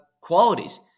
qualities